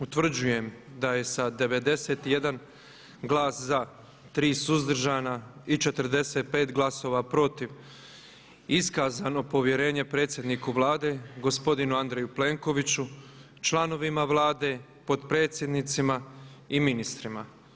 Utvrđujem da je sa 91 glas za, 3 suzdržana i 45 glasova protiv iskazano povjerenje predsjedniku Vlade gospodinu Andreju Plenkoviću, članovima Vlade, potpredsjednicima i ministrima.